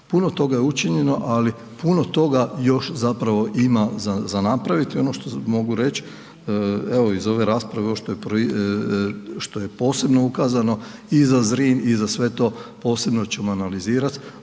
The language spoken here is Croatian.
Puno toga je učinjeno ali puno toga još zapravo ima za napraviti i ono što mogu reć, evo iz ove rasprave, ovo što je posebno ukazano i za Zrin i za sve to, posebno ćemo analizirat